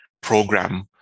program